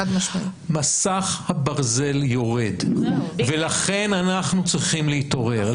מסך הברזל יורד ולכן אנחנו צריכים להתעורר,